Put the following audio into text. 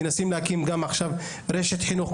מנסים להקים עכשיו רשת חינוך חדשה,